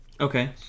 Okay